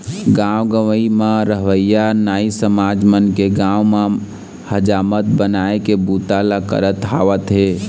गाँव गंवई म रहवइया नाई समाज मन के गाँव म हजामत बनाए के बूता ल करत आवत हे